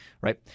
right